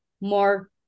more